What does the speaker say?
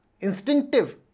instinctive